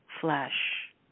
flesh